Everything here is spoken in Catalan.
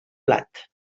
blat